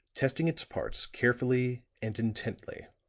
testing its parts carefully and intently.